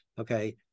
Okay